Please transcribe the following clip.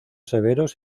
severos